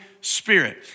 Spirit